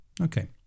Okay